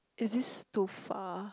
is this too far